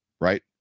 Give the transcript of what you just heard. right